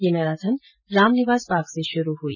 ये मैराथन रामनिवास बाग से शुरू हुई